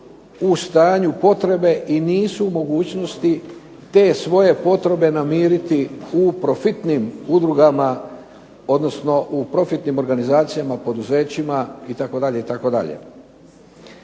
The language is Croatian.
u stanju potrebe i nisu u mogućnosti te svoje potrebe namiriti u profitnim udrugama, odnosno u profitnim organizacijama, poduzećima itd.